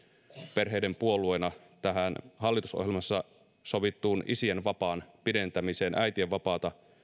perheiden puolueena erittäin tyytyväisiä tähän hallitusohjelmassa sovittuun isien vapaan pidentämiseen äitien vapaata